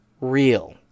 real